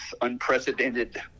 unprecedented